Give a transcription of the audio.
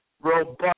robust